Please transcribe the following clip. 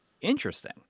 Interesting